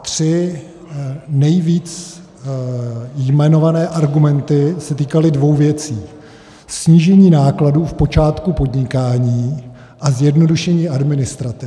Tři nejvíce jmenované argumenty se týkaly dvou věcí: snížení nákladů v počátku podnikání a zjednodušení administrativy.